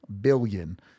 billion